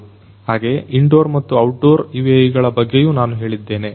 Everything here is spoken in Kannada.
ಹಾಗೆಯೇ ಇಂಡೋರ್ ಮತ್ತು ಔಟ್ ಡೋರ್ UAVಗಳ ಬಗ್ಗೆಯೂ ನಾನು ಹೇಳಿದ್ದೇನೆ